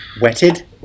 Wetted